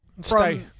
Stay